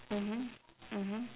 mmhmm mmhmm